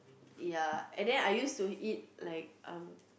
ya and then I used to eat like uh